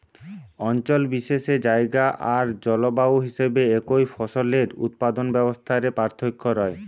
অঞ্চল বিশেষে জায়গা আর জলবায়ু হিসাবে একই ফসলের উৎপাদন ব্যবস্থা রে পার্থক্য রয়